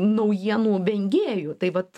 naujienų vengėju tai vat